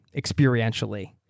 experientially